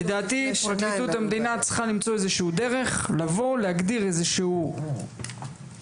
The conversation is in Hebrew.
לדעתי פרקליטות המדינה צריכה למצוא איזושהי דרך להגדיר איזשהו סעיף,